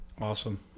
Awesome